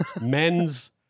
men's